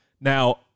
Now